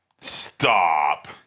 Stop